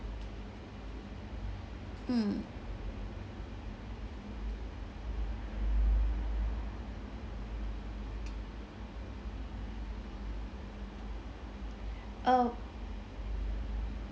mm oh